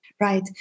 Right